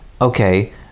Okay